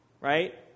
right